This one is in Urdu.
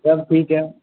تب ٹھیک ہے